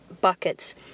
buckets